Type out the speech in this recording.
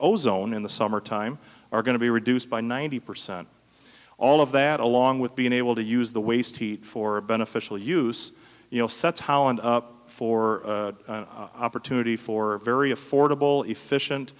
ozone in the summertime are going to be reduced by ninety percent all of that along with being able to use the waste heat for a beneficial use you know sets holland up for opportunity for a very affordable efficient